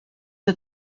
did